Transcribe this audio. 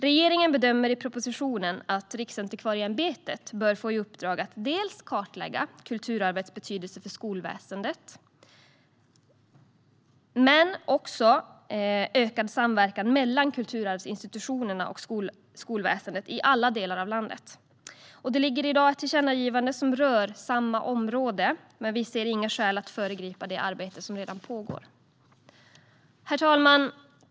Regeringen bedömer i propositionen att Riksantikvarieämbetet bör få i uppdrag att kartlägga kulturarvets betydelse för skolväsendet men också att öka samverkan mellan kulturarvsinstitutionerna och skolväsendet i alla delar av landet. Det ligger i dag ett tillkännagivande som rör samma område, men vi ser inga skäl att föregripa det arbete som redan pågår. Herr talman!